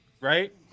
right